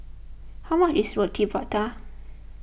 how much is Roti Prata